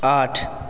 आठ